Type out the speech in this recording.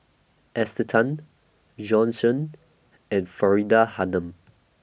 Esther Tan Bjorn Shen and Faridah Hanum